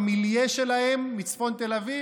המיליה שלהם מצפון תל אביב?